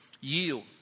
Yield